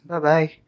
Bye-bye